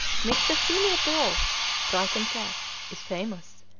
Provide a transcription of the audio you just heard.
miss cecilia beaux's brighton cats is famous,